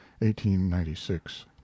1896